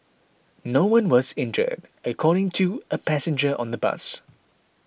no one was injured according to a passenger on the bus